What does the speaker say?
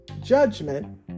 judgment